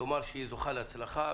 לומר שהיא זוכה להצלחה,